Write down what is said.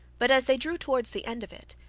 but as they drew towards the end of it,